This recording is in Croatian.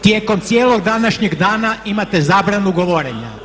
Tijekom cijelog današnjeg dana imate zabranu govorenja.